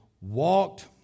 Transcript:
walked